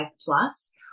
plus